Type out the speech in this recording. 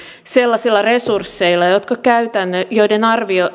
sellaisilla resursseilla joiden